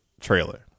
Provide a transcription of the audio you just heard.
trailer